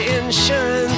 insurance